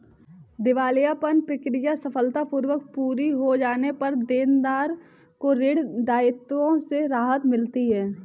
दिवालियापन प्रक्रिया सफलतापूर्वक पूरी हो जाने पर देनदार को ऋण दायित्वों से राहत मिलती है